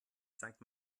sankt